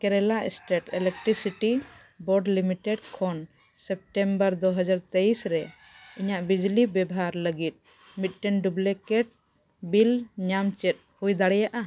Kerala state electricity board limited ᱠᱷᱚᱱ September ᱫᱩ ᱦᱟᱡᱟᱨ ᱛᱮᱭᱤᱥ ᱨᱮ ᱤᱧᱟᱹᱜ ᱵᱤᱡᱽᱞᱤ ᱵᱮᱵᱷᱟᱨ ᱞᱟᱹᱜᱤᱫ ᱢᱤᱫᱴᱮᱱ ᱰᱩᱵᱞᱤᱠᱮᱹᱴ ᱵᱤᱞ ᱧᱟᱢ ᱪᱮᱫ ᱦᱩᱭ ᱫᱟᱲᱮᱭᱟᱜᱼᱟ